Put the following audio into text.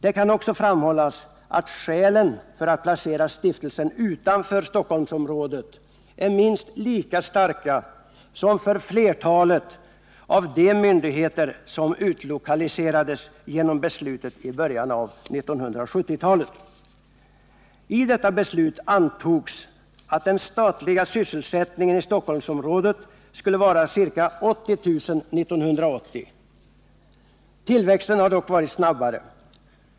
Det kan också framhållas att skälen för att placera stiftelsen utanför Stockholmsområdet är minst lika starka som för flertalet av de myndigheter som utlokaliserades genom beslutet i början av 1970-talet. I detta beslut antogs att den statliga sysselsättningen i Stockholmsområdet skulle vara ca 80 000 år 1980. Tillväxten har dock varit snabbare.